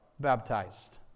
baptized